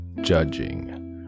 judging